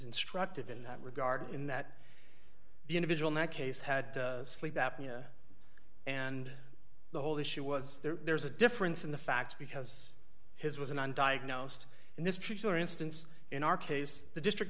instructive in that regard in that the individual that case had sleep apnea and the whole issue was there's a difference in the facts because his was an undiagnosed in this particular instance in our case the district